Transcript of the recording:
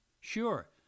Sure